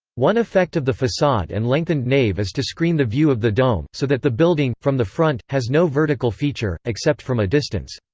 one effect of the facade and lengthened nave is to screen the view of the dome, so that the building, from the front, has no vertical feature, except from a distance.